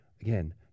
Again